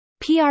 PR